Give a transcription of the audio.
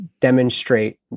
demonstrate